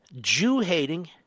Jew-hating